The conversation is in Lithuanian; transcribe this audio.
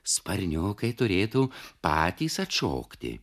sparniukai turėtų patys atšokti